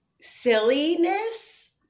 silliness